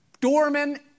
doorman